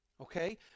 Okay